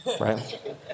Right